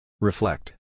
Reflect